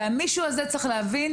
המישהו הזה צריך להבין,